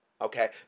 okay